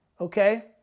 Okay